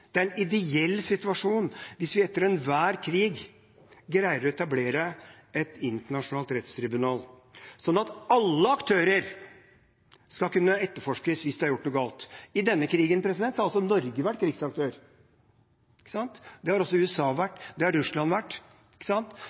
Det er en ideell situasjon hvis vi etter enhver krig greier å etablere et internasjonalt rettstribunal, slik at alle aktører skal kunne etterforskes hvis de har gjort noe galt. I denne krigen har Norge vært en krigsaktør. Det har også USA og Russland vært. Det